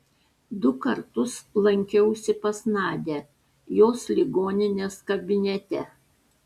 du kartus lankiausi pas nadią jos ligoninės kabinete